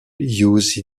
use